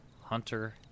Hunter